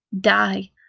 die